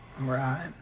Right